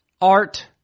art